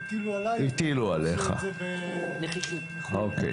הטילו עלי ואני עושה את זה במחויבות עמוקה.